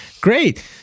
Great